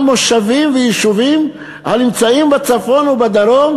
מושבים ויישובים הנמצאים בצפון ובדרום,